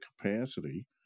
capacity